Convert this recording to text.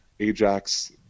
AJAX